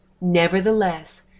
Nevertheless